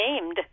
named